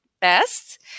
best